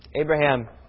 Abraham